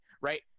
right